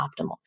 optimal